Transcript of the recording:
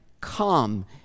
come